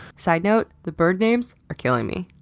so you know the bird names are killing me.